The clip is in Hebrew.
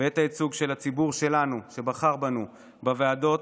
ואת הייצוג של הציבור שלנו, שבחר בנו, בוועדות.